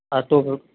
ஆ டு ஃபிஃப்